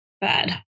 bad